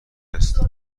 است